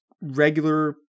regular